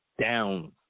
down